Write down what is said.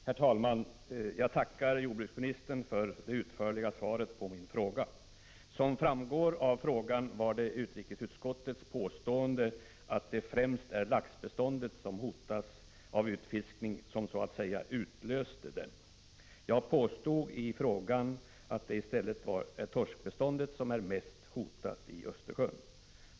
Herr talman! Jag tackar jordbruksministern för det utförliga svaret på min fråga. Som framgår av frågan var det utrikesutskottets påstående att det främst är laxbeståndet som hotas av utfiskning som så att säga utlöste den. Jag påstod i frågan att det i stället är torskbeståndet som är mest hotat i Östersjön.